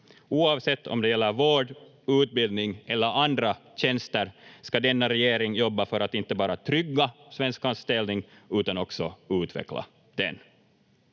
Oavsett om det gäller vård, utbildning eller andra tjänster ska denna regering jobba för att inte bara trygga svenskans ställning, utan också utveckla den.